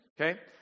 Okay